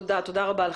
מאה אחוז, תודה רבה לך.